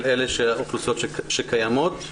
של הקבוצות שקיימות,